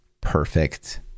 perfect